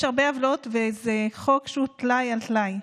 יש הרבה עוולות, וזה חוק שהוא טלאי על טלאי.